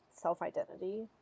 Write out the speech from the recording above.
self-identity